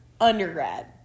undergrad